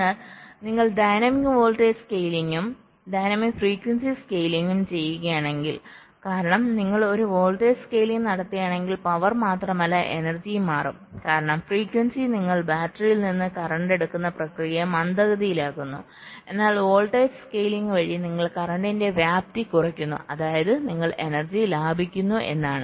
എന്നാൽ നിങ്ങൾ dynamic voltage സ്കെയിലിംഗും ഡൈനാമിക് ഫ്രീക്വൻസി സ്കെയിലിംഗും ചെയ്യുകയാണെങ്കിൽ കാരണം നിങ്ങൾ ഒരു വോൾട്ടേജ് സ്കെയിലിംഗ് നടത്തുകയാണെങ്കിൽ പവർ മാത്രമല്ല എനർജിയും മാറും കാരണം ഫ്രീക്വൻസി നിങ്ങൾ ബാറ്ററിയിൽ നിന്ന് കറന്റ് എടുക്കുന്ന പ്രക്രിയയെ മന്ദഗതിയിലാക്കുന്നു എന്നാൽ വോൾട്ടേജ് സ്കെയിലിംഗ് വഴി നിങ്ങൾ കറണ്ടിന്റെ വ്യാപ്തി കുറയ്ക്കുന്നു അതായത് നിങ്ങൾ എനർജി ലാഭിക്കുന്നു എന്നാണ്